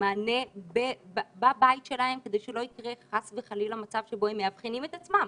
מענה בבית שלהם כדי שלא יקרה חס וחלילה מצב שבו הם מאבחנים את עצמם,